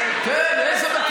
כן, איפה